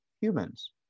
humans